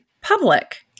public